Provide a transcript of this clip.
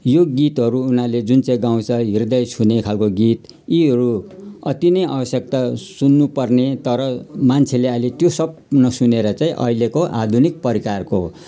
यो गीतहरू उनीहरूले जुन चाहिँ गाउँछ हृदय छुने खालको गीत यीहरू अति नै आवश्यकता सुन्नुपर्ने तर मान्छेले अहिले त्यो सब नसुनेर चाहिँ अहिलेको आधुनिक प्रकारको